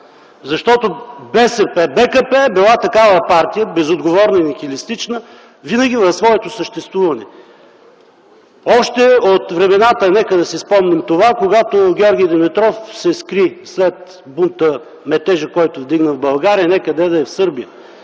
Защото БСП-БКП е била такава партия – безотговорна и нихилистична, винаги в своето съществуване. Още от времената, нека си спомним това, когато Георги Димитров се скри след метежа, който вдигна в България, не къде да е, а в Сърбия.